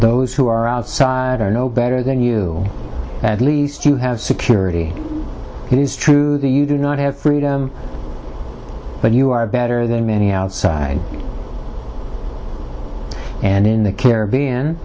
those who are outside are no better than you at least you have security he's true you do not have freedom but you are better than many outside and in the caribbean